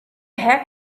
heck